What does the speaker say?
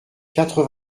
quatre